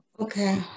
Okay